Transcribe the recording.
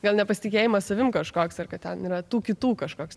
gal nepasitikėjimas savim kažkoks ar kad ten yra tų kitų kažkoks